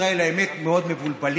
תושבי ישראל, האמת, מאוד מבולבלים,